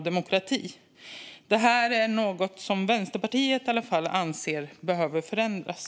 Detta är någonting som i alla fall Vänsterpartiet anser behöver förändras.